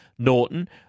Norton